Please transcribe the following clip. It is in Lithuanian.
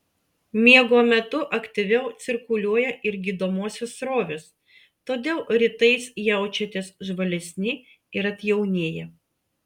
miego metu aktyviau cirkuliuoja ir gydomosios srovės todėl rytais jaučiatės žvalesni ir atjaunėję